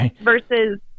versus